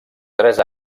tres